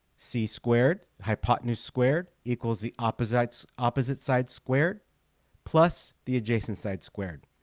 c squared hypotenuse squared equals the opposites opposite side squared plus the adjacent side squared.